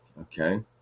okay